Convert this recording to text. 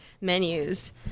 menus